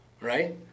right